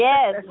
Yes